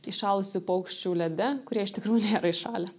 įšalusių paukščių lede kurie iš tikrųjų nėra įšalę